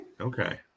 Okay